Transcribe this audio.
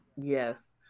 Yes